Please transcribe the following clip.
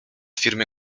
firmy